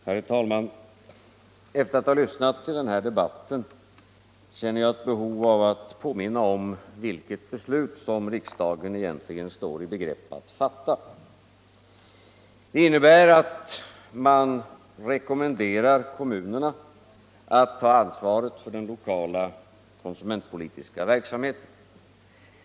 Herr talman! Efter att ha lyssnat till den här debatten känner jag ett behov av att påminna om vilket beslut riksdagen egentligen står i begrepp att fatta. Det innebär att man rekommenderar kommunerna att ta ansvaret för den lokala konsumentpolitiska verksamheten.